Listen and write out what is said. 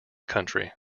country